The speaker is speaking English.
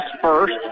first